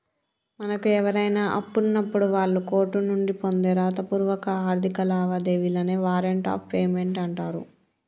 మనకు ఎవరైనా అప్పున్నప్పుడు వాళ్ళు కోర్టు నుండి పొందే రాతపూర్వక ఆర్థిక లావాదేవీలనే వారెంట్ ఆఫ్ పేమెంట్ అంటరు